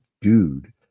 dude